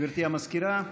גברתי המזכירה.